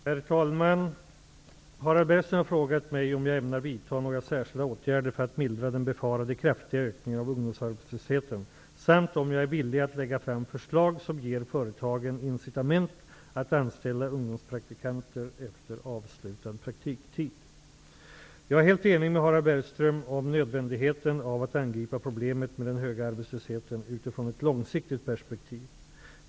Herr talman! Harald Bergström har frågat mig om jag ämnar vidta några särskilda åtgärder för att mildra den befarade kraftiga ökningen av ungdomsarbetslösheten samt om jag är villig att lägga fram förslag som ger företagen incitament att anställa ungdomspraktikanter efter avslutad praktiktid. Jag är helt enig med Harald Bergström om nödvändigheten av att angripa problemet med den höga arbetslösheten utifrån ett långsiktigt perspektiv.